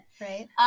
Right